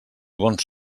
bons